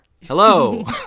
hello